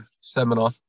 seminar